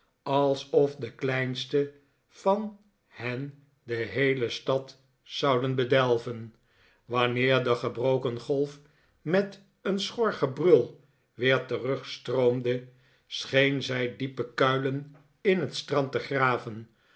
alsof de kleinste van hen de heele een stormachtige dag stad zou bedelven wanneer de gebroken golf met een schor gebrul weer terugstroomde scheen zij diepe kuilen in het strand te graven